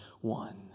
one